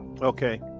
Okay